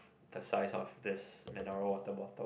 the size of this mineral water bottle